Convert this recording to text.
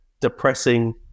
depressing